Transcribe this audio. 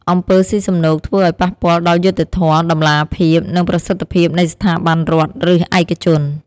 អំពើស៊ីសំណូកធ្វើឲ្យប៉ះពាល់ដល់យុត្តិធម៌ តម្លាភាព និងប្រសិទ្ធភាពនៃស្ថាប័នរដ្ឋ ឬឯកជន។